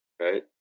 right